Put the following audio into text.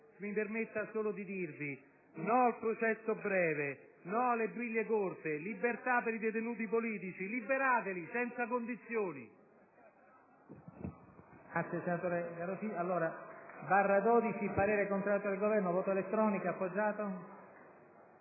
Mi permetta solo di dirvi: no al processo breve, no alle briglie corte, libertà per i detenuti politici, liberateli senza condizioni!